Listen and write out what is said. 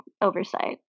oversight